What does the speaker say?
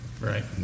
Right